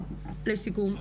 לסיכום,